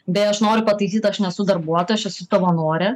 beje aš noriu pataisyt aš nesu darbuotoja aš esu savanorė